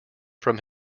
from